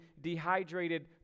dehydrated